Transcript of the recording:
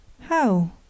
How